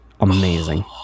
Amazing